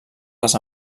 les